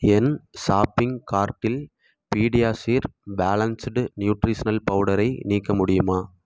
என் shopping கார்ட்டில் PediaSure balanced nutritional பவுடரை நீக்க முடியுமா